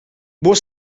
boa